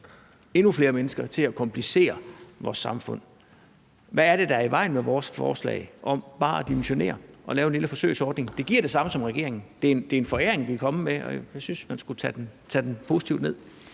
endnu flere mennesker til at komplicere vores samfund. Hvad er det, der er i vejen med vores forslag om bare at dimensionere og lave en lille forsøgsordning? Det giver det samme, som regeringens. Det er en foræring, vi er kommet med, og jeg synes, man skulle tage den positivt ned.